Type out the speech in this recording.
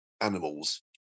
animals